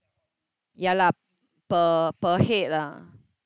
ya lah per per head lah